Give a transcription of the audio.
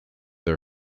her